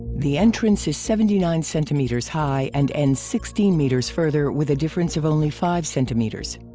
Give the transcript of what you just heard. the entrance is seventy nine centimeters high and ends sixteen meters further with a difference of only five centimeters.